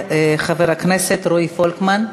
חבר הכנסת רועי פולקמן.